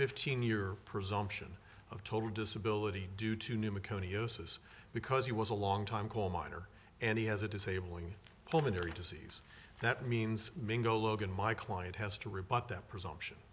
fifteen year presumption of total disability due to new macone uses because he was a long time coal miner and he has a disabling pulmonary disease that means mingle logan my client has to rebut that presumption